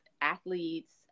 athletes